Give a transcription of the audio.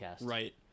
Right